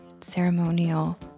ceremonial